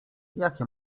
jakie